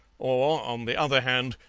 on the other hand,